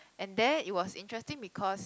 and there it was interesting because